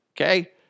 Okay